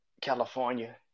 California